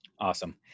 Awesome